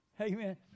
Amen